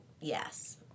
yes